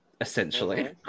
Essentially